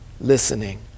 listening